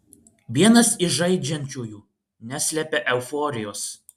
vienas iš žaidžiančiųjų neslepia euforijos